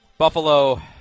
Buffalo